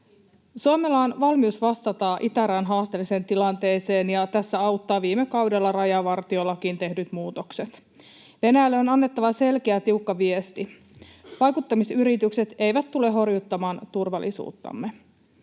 Suomella on valmius vastata itärajan haasteelliseen tilanteeseen, ja tässä auttavat viime kaudella rajavartiolakiin tehdyt muutokset. Venäjälle on annettava selkeä, tiukka viesti: vaikuttamisyritykset eivät tule horjuttamaan turvallisuuttamme.